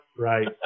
right